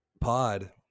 pod